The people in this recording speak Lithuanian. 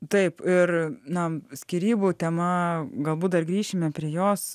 taip ir na skyrybų tema galbūt dar grįšime prie jos